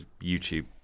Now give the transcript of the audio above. YouTube